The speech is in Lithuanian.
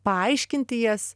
paaiškinti jas